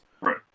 right